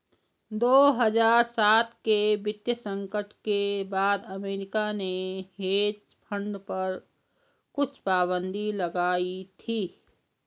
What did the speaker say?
दो हज़ार सात के वित्तीय संकट के बाद अमेरिका ने हेज फंड पर कुछ पाबन्दी लगाई थी